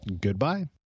Goodbye